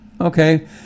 Okay